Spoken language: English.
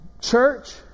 Church